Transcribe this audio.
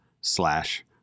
slash